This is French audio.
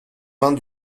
vingts